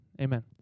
Amen